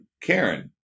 Karen